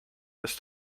ist